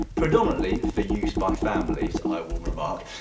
predominately for use by families, i will remark,